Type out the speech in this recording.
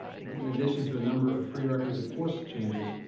and in addition to a number of prerequisite course changes,